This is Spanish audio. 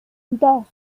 dos